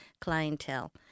clientele